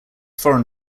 foreign